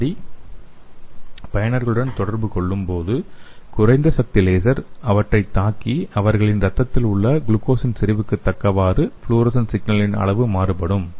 கண்ணாடி பயனர்களுடன் தொடர்பு கொள்ளும்போது குறைந்த சக்தி லேசர் அவற்றைத் தாக்கி அவர்களின் இரத்தத்தில் உள்ள குளுக்கோஸின் செறிவுக்கு தக்கவாறு ஃப்ளோரசன் சிக்னலின் அளவு மாறுபடும்